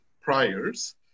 priors